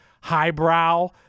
highbrow